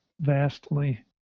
vastly